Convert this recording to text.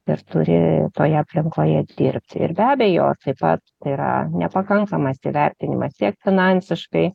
ir turi toje aplinkoje dirbti ir be abejo taip pat tai yra nepakankamas įvertinimas tiek finansiškai